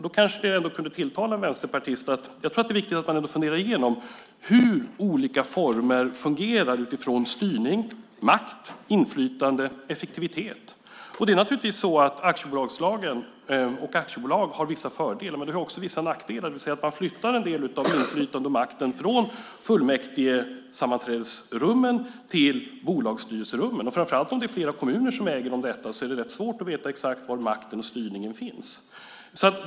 Det kanske ändå kunde tilltala en vänsterpartist att man funderar igenom hur olika former fungerar utifrån styrning, makt, inflytande och effektivitet. Det är naturligtvis så att aktiebolagslagen och aktiebolag har fördelar. Men det har också vissa nackdelar. Man flyttar en del av inflytandet och makten från fullmäktigesammanträdesrummen till bolagsstyrelserummen. Om det är flera kommuner som äger detta är det rätt svårt att veta var makten och styrningen finns.